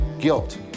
guilt